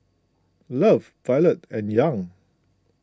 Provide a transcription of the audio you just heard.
Love Violet and Young